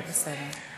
בסדר.